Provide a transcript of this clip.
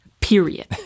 period